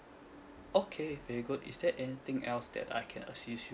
okay very good is there anything else that I can assist